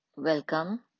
Welcome